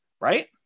right